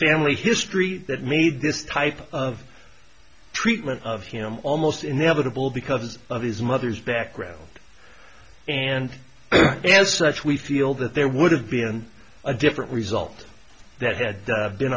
family history that made this type of treatment of him almost inevitable because of his mother's background and as such we feel that there would have been a different result that had been